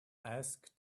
ask